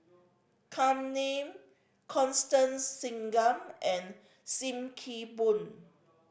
Kam Ning Constance Singam and Sim Kee Boon